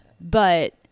But-